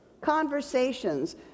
Conversations